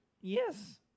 Yes